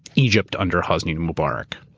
egypt under hosni and mubarak.